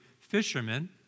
fishermen